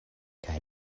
kaj